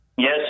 Yes